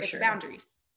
boundaries